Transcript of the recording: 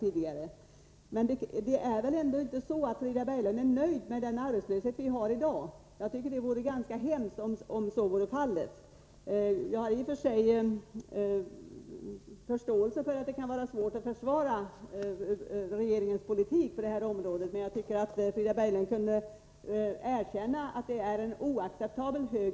Frida Berglund är väl ändå inte nöjd med den arbetslöshet som vi har i dag —det vore ganska hemskt om så vore fallet. Jag har i och för sig förståelse för att det kan vara svårt att försvara regeringens politik på det här området, men jag tycker att Frida Berglund kunde erkänna att arbetslösheten är oacceptabelt hög.